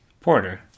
Porter